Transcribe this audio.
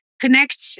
Connect